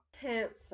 Cancer